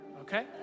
okay